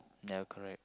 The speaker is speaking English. ya correct